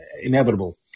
inevitable